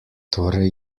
torej